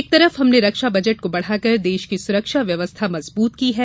एक तरफ हमने रक्षा बजट को बढ़ाकर देश की सुरक्षा व्यवस्था मजबूत की है